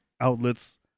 outlets